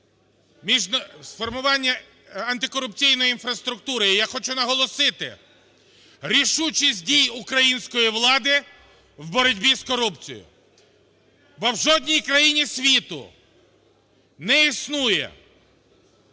формування антикорупційної інфраструктури. І я хочу наголосити рішучість дій української влади у боротьбі з корупцією, бо в жодній країні світу не існує